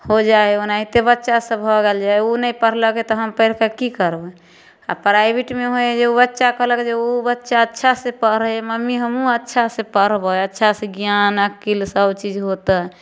हो जाइ हइ ओनाहिते बच्चासभ भऽ गेल जे ओ नहि पढ़लकै तऽ हम पढ़िकऽ कि करबै आओर प्राइवेटमे हइ ओ बच्चा कहलक जे ओ बच्चा अच्छासे पढ़ै हइ मम्मी हमहूँ अच्छासे पढ़बै अच्छासे ज्ञान अकिल सबचीज होतै